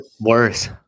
Worse